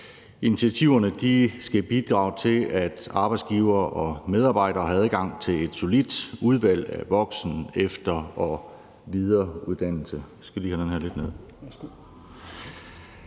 Initiativerne skal bidrage til, at arbejdsgivere og medarbejdere har adgang til et solidt udvalg af voksen-, efter- og videreuddannelser.